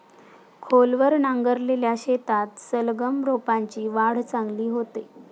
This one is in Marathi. खोलवर नांगरलेल्या शेतात सलगम रोपांची वाढ चांगली होते